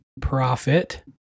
profit